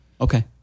Okay